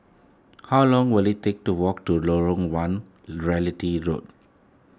how long will it take to walk to Lorong one Realty Road